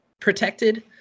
protected